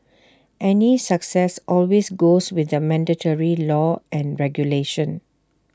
any success always goes with the mandatory law and regulation